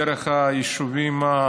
דרך היישובים,